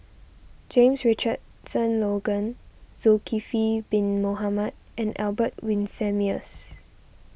James Richardson Logan Zulkifli Bin Mohamed and Albert Winsemius